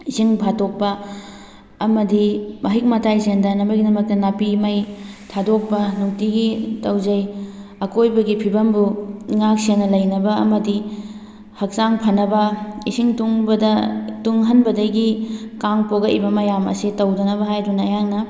ꯏꯁꯤꯡ ꯐꯥꯠꯇꯣꯛꯄ ꯑꯃꯗꯤ ꯃꯍꯤꯛ ꯃꯇꯥꯏ ꯆꯦꯟꯗꯅꯕꯒꯤꯗꯃꯛꯇ ꯅꯥꯄꯤ ꯃꯩ ꯊꯥꯗꯣꯛꯄ ꯅꯨꯡꯇꯤꯒꯤ ꯇꯧꯖꯩ ꯑꯀꯣꯏꯕꯒꯤ ꯐꯤꯕꯝꯕꯨ ꯉꯥꯛ ꯁꯦꯟꯅ ꯂꯩꯅꯕ ꯑꯃꯗꯤ ꯍꯛꯆꯥꯡ ꯐꯅꯕ ꯏꯁꯤꯡ ꯇꯨꯡꯕꯗ ꯇꯨꯡꯍꯟꯕꯗꯒꯤ ꯀꯥꯡ ꯄꯣꯛꯂꯛꯏꯕ ꯃꯌꯥꯝ ꯑꯁꯤ ꯇꯧꯗꯅꯕ ꯍꯥꯏꯗꯨꯅ ꯑꯩꯍꯥꯛꯅ